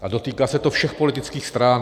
A dotýká se to všech politických stran.